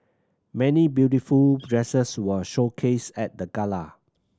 many beautiful dresses were showcased at the gala